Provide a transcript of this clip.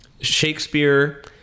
Shakespeare